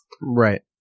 Right